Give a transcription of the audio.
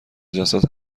جسد